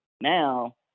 Now